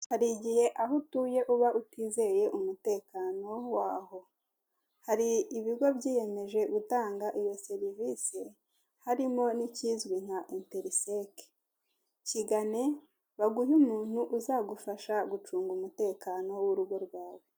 Abantu bari mu ihema bicaye bari mu nama, na none hari abandi bahagaze iruhande rw'ihema bari kumwe n'abashinzwe umutekano mo hagati hari umugabo uri kuvuga ijambo ufite mikoro mu ntoki.